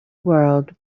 world